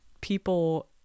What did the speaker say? people